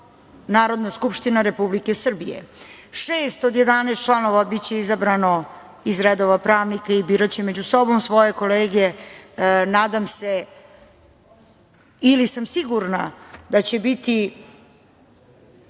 Narodna skupština Republike Srbije. Šest od 11 članova biće izabrano iz redova pravnika i biraće među sobom svoje kolege. Nadam se ili sam sigurna da će biti